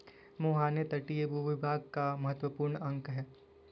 मुहाने तटीय भूभाग का महत्वपूर्ण अंग है